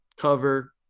cover